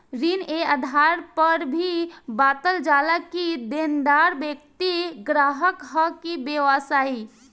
ऋण ए आधार पर भी बॉटल जाला कि देनदार व्यक्ति ग्राहक ह कि व्यवसायी